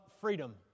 freedom